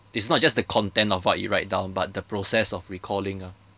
it's not just the content of what you write down but the process of recalling ah